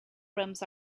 rims